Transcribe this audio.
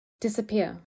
disappear